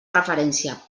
referència